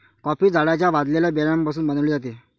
coffee झाडाच्या भाजलेल्या बियाण्यापासून बनविली जाते